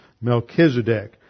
Melchizedek